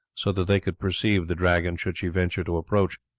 so that they could perceive the dragon should she venture to approach.